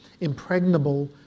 impregnable